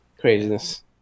Craziness